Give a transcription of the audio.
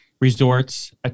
resorts